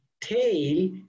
tail